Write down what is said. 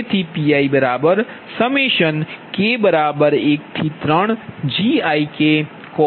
તેથી Pik13Gikcos⁡Biksin⁡